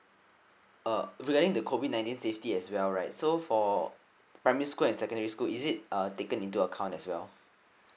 uh regarding the COVID nineteen safety as well right so for primary school and secondary school is it uh taken into account as well